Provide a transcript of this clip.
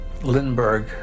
Lindbergh